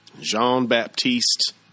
Jean-Baptiste